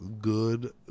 good